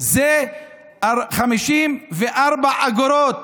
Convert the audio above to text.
זה 54 אגורות,